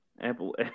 Apple